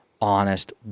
honest